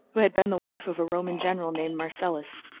who had been the wife of a roman general named marcellus.